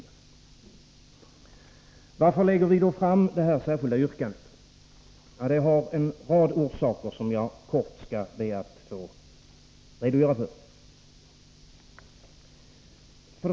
Varför lägger vi då fram detta särskilda yrkande? Det har en rad orsaker, som jag skall be att få kortfattat redogöra för.